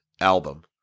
album